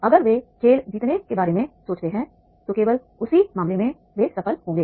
अगर वे खेल जीतने के बारे में सोचते हैं तो केवल उसी मामला में वे सफल होंगे